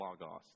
logos